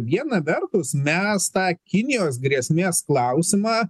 viena vertus mes tą kinijos grėsmės klausimą